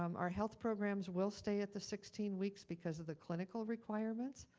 um our health programs will stay at the sixteen weeks because of the clinical requirements.